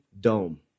dome